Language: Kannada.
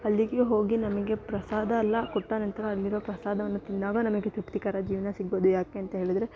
ಅಲ್ಲಿಗೆ ಹೋಗಿ ನಮಗೆ ಪ್ರಸಾದ ಅಲ್ಲಿ ಕೊಟ್ಟ ನಂತರ ಅಲ್ಲಿರೋ ಪ್ರಸಾದವನ್ನು ತಿಂದಾಗ ನಮಗೆ ತೃಪ್ತಿಕರ ಜೀವನ ಸಿಗ್ಬೌದು ಯಾಕೆ ಅಂತ ಹೇಳಿದ್ರೆ